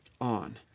on